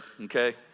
okay